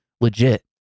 legit